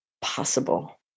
possible